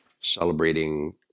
celebrating